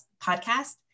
podcast